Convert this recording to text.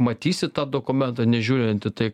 matysi tą dokumentą nežiūrint į tai